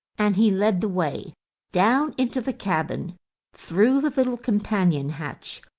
and he led the way down into the cabin through the little companion-hatch,